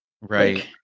Right